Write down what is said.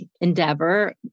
endeavor